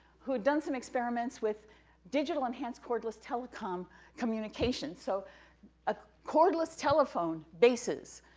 who had done some experiments with digital-enhanced cordless telecomcommunications, so a cordless telephone basis,